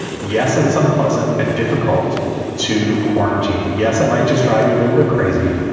yes, it is unpleasant and difficult to call jane. yes. um i just drive you a little bit crazy,